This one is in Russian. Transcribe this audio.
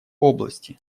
области